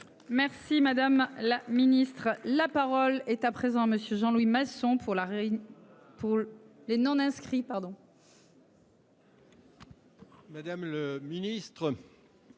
Merci madame la ministre, la parole est à présent monsieur Jean Louis Masson pour la. Pour les non inscrits